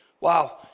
Wow